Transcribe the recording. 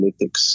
analytics